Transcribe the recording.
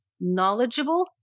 knowledgeable